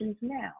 now